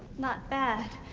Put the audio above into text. not bad.